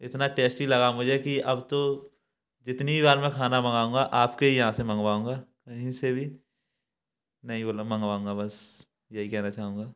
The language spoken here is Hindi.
इतना टैस्टी लगा मुझे कि अब तो जितनी बार मैं खाना मंगाउँगा आपके ही यहाँ से मंगवाउँगा कहीं से भी नहीं बोला मंगवाउँगा बस यही कहना चाहूँगा